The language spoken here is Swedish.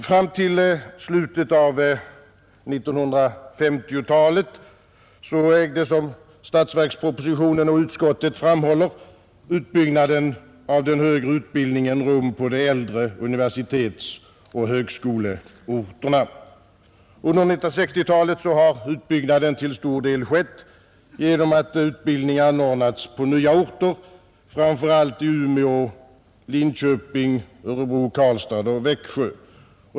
Fram till slutet av 1950-talet ägde, som statsverkspropositionen och betänkandet framhåller, utbyggnaden av den högre utbildningen rum på de äldre universitetsoch högskoleorterna. Under 1960-talet har utbyggnaden till stor del skett genom att utbildning anordnats på nya orter, framför allt i Umeå, Linköping, Örebro, Karlstad och Växjö.